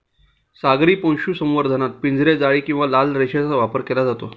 सागरी पशुसंवर्धनात पिंजरे, जाळी किंवा लांब रेषेचा वापर केला जातो